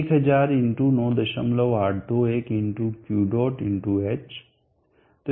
1000 × 9821 × Q dot × h